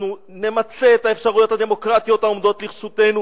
אנחנו נמצה את האפשרויות הדמוקרטיות העומדות לרשותנו